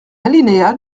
alinéas